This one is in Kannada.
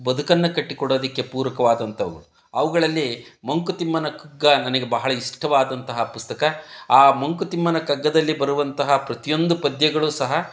ಬದುಕನ್ನು ಕಟ್ಟಿ ಕೊಡೋದಕ್ಕೆ ಪೂರಕವಾದಂಥವು ಅವುಗಳಲ್ಲಿ ಮಂಕುತಿಮ್ಮನ ಕಗ್ಗ ನನಗೆ ಬಹಳ ಇಷ್ಟವಾದಂತಹ ಪುಸ್ತಕ ಆ ಮಂಕುತಿಮ್ಮನ ಕಗ್ಗದಲ್ಲಿ ಬರುವಂತಹ ಪ್ರತಿಯೊಂದು ಪದ್ಯಗಳೂ ಸಹ